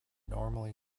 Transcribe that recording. normally